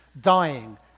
dying